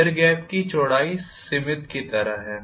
air gap की चौड़ाई सीमित की तरह है